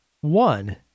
One